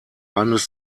eines